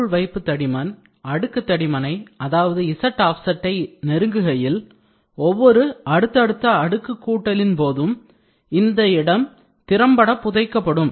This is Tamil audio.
பொருள் வைப்பு தடிமன் அடுக்கு தடிமனை அதாவது z ஆஃப்செட்டை நெருங்குகையில் ஒவ்வொரு அடுத்தடுத்த அடுக்கு கூட்டலின் போதும் அந்த இடம் திறம்பட புதைக்கப்படும்